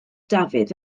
dafydd